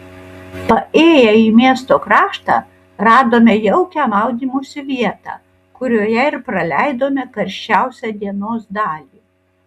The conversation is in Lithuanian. paėję į miesto kraštą radome jaukią maudymosi vietą kurioje ir praleidome karščiausią dienos dalį